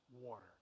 water